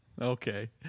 Okay